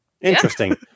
Interesting